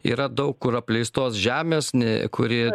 yra daug kur apleistos žemės ne kuri